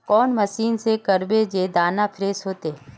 कौन मशीन से करबे जे दाना फ्रेस होते?